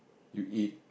you eat